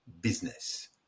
business